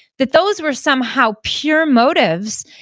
that those were somehow pure motives,